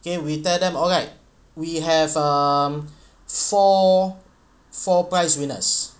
K we tell them alright we have um four four prize winners